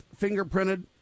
fingerprinted